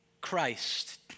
Christ